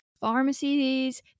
pharmacies